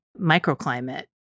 microclimate